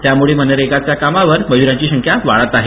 त्यामुळे मनरेगाच्या कामावर मजुरांची संख्या वाढत आहे